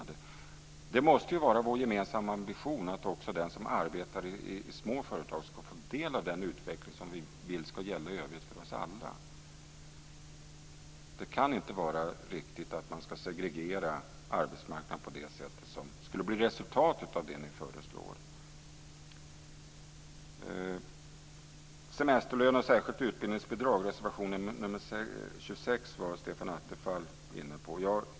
Det måste ju vara vår gemensamma ambition att också de som arbetar i små företag ska få del av den utveckling som vi vill ska gälla för oss alla. Det kan inte vara riktigt att man ska segregera arbetsmarknaden på det sätt som skulle bli resultatet av det som ni föreslår. Stefan Attefall tog upp frågan om semesterlön och särskilt utbildningsbidrag som tas upp i reservation 26.